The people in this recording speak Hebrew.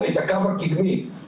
זה עניין של מתי יהיה,